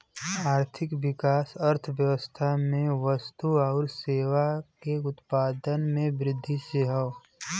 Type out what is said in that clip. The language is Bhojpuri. आर्थिक विकास अर्थव्यवस्था में वस्तु आउर सेवा के उत्पादन में वृद्धि से हौ